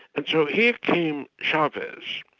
and so here came chavez,